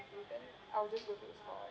I will just go to the store